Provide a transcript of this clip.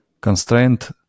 constraint